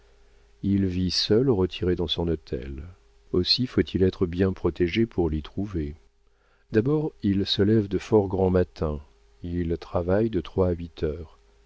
il vit seul retiré dans son hôtel aussi faut-il être bien protégé pour l'y trouver d'abord il se lève de fort grand matin il travaille de trois à huit heures